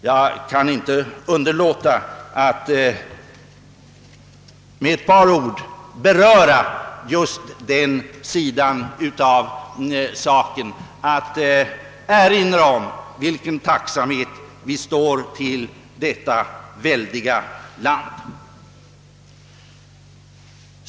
Jag har inte kunnat underlåta att med ett par ord beröra just den sidan av saken och erinra om i vilken tacksamhetsskuld vi står till detta väldiga land.